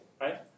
right